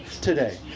today